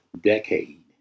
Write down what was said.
decade